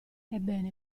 ebbene